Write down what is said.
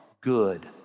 good